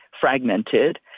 fragmented